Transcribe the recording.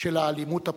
של האלימות הפוליטית.